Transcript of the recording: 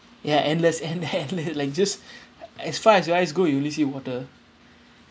ya endless and then they're like just as far as your eyes go you only see water